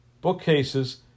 Bookcases